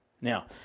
Now